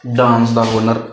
dance ਦਾ ਹੁਨਰ